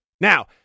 Now